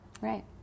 Right